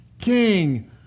King